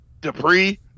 Dupree